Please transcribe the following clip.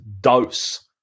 dose